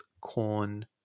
corn